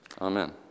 Amen